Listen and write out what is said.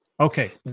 Okay